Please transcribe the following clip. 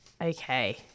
Okay